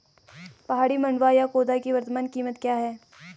पहाड़ी मंडुवा या खोदा की वर्तमान कीमत क्या है?